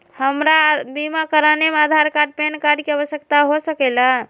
हमरा बीमा कराने में आधार कार्ड पैन कार्ड की आवश्यकता हो सके ला?